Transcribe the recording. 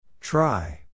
Try